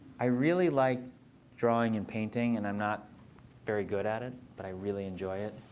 i really like drawing and painting. and i'm not very good at it. but i really enjoy it.